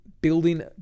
building